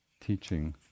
teaching